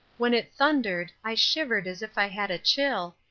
when it thundered i shivered as if i had a chill,